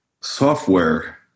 software